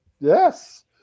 Yes